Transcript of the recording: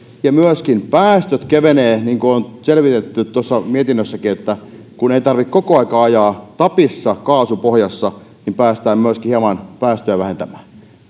ja myöskin päästöt kevenevät on selvitetty tuossa mietinnössäkin että kun ei tarvitse koko aikaa ajaa tapissa kaasu pohjassa niin päästään myöskin hieman päästöjä vähentämään